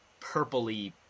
purpley